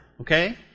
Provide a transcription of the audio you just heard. okay